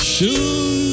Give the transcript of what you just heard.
Shoot